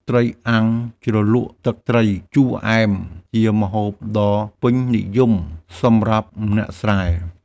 ត្រីអាំងជ្រលក់ទឹកត្រីជូរអែម ជាម្ហូបដ៏ពេញនិយមសម្រាប់អ្នកស្រែ។